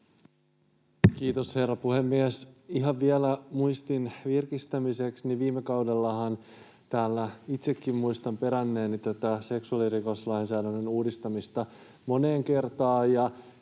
Kiitos, herra puhemies! Ihan vielä muistin virkistämiseksi: Viime kaudellahan täällä itsekin muistan peränneeni tätä seksuaalirikoslainsäädännön uudistamista moneen kertaan.